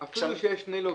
אפילו כשיש שני לווים,